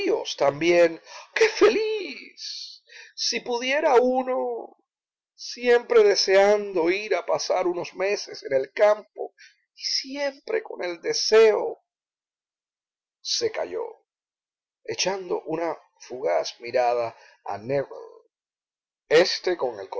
también qué feliz si pudiera uno siempre deseando ir a pasar unos meses en el campo y siempre con el deseo se calló echando una fugaz mirada a nébel este con el